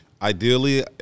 Ideally